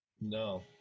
No